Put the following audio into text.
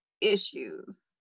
issues